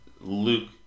Luke